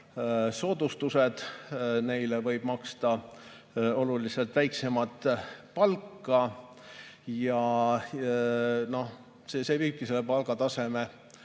soodustusi. Neile võib maksta oluliselt väiksemat palka ja see viibki palgataseme